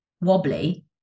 wobbly